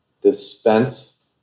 dispense